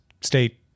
state